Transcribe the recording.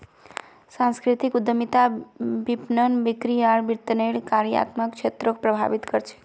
सांस्कृतिक उद्यमिता विपणन, बिक्री आर वितरनेर कार्यात्मक क्षेत्रको प्रभावित कर छेक